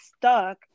stuck